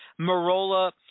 marola